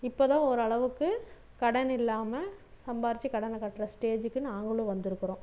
இப்போ தான் ஓரளவுக்கு கடன் இல்லாம சம்பாதிச்சி கடனை கட்டுற ஸ்டேஜுக்கு நாங்களும் வந்துருக்கிறோம்